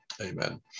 amen